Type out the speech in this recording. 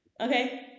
okay